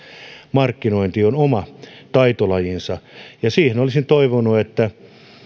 markkinointi on oma taitolajinsa ja siihen olisin toivonut että